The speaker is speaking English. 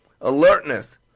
Alertness